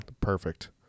Perfect